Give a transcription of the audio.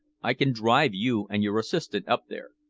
i can drive you and your assistant up there.